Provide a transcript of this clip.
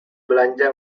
belanja